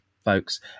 folks